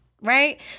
right